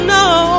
no